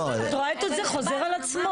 כל הזמן, את רואה, זה חוזר על עצמו.